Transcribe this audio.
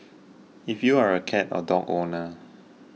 if you are a cat or dog owner